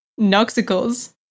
Noxicals